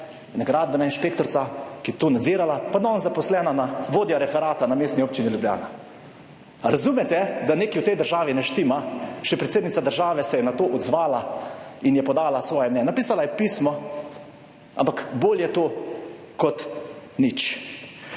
ena gradbena inšpektorica, ki je to nadzirala, pa je danes zaposlena na, vodja referata na Mestni občini Ljubljana. A razumete, da nekaj v tej državi ne štima? Še predsednica države se je na to odzvala in je podala svoje mnenje. Napisala je pismo, ampak bolje to, kot nič.